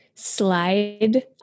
slide